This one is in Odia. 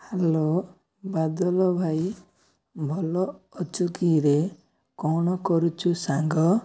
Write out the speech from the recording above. ହ୍ୟାଲୋ ବାଦଲ ଭାଇ ଭଲ ଅଛୁକିରେ କ'ଣ କରୁଛୁ ସାଙ୍ଗ